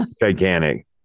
gigantic